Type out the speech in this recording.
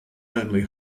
only